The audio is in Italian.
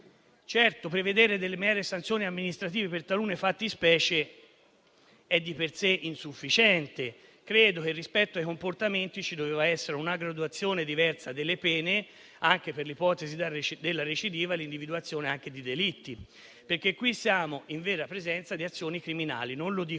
prevedere delle mere sanzioni amministrative per talune fattispecie è di per sé insufficiente. Credo che, rispetto ai comportamenti, ci sarebbero dovuti essere una graduazione diversa delle pene, anche per l'ipotesi della recidiva, e l'individuazione di delitti. Siamo infatti in presenza di vere azioni criminali. E non lo dico